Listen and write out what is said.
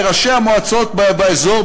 ראשי המועצות באזור,